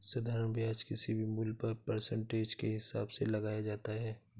साधारण ब्याज किसी भी मूल्य पर परसेंटेज के हिसाब से लगाया जाता है